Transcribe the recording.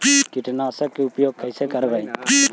कीटनाशक के उपयोग कैसे करबइ?